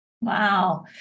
wow